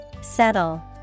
Settle